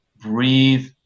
breathe